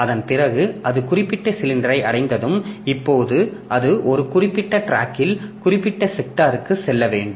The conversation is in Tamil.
அதன் பிறகு அது குறிப்பிட்ட சிலிண்டரை அடைந்ததும் இப்போது அது ஒரு குறிப்பிட்ட டிராக்கில் குறிப்பிட்ட செக்டார்க்கு செல்ல வேண்டும்